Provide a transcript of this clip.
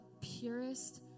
purest